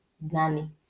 nanny